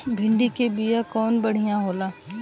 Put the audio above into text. भिंडी के बिया कवन बढ़ियां होला?